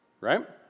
Right